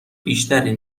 بیشتری